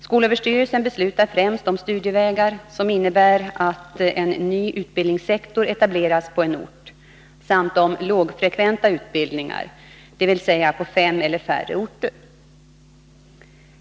Skolöverstyrelsen beslutar främst om studievägar som innebär att en ny utbildningssektor etableras på en ort samt om lågfrekventa utbildningar .